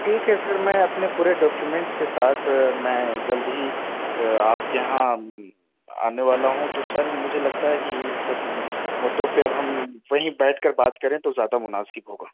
ٹھیک ہے سر میں اپنے پورے ڈاکیومینٹس کے ساتھ میں جلد ہی آپ کے یہاں آنے والا ہوں تو سر مجھے لگتا ہے کہ سب مدعوں پہ ہم وہیں بیٹھ کر بات کریں تو زیادہ مناسب ہوگا